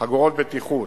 חגורות בטיחות,